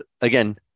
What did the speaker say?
again